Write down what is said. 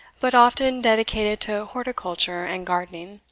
but often dedicated to horticulture and gardening.